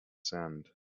sand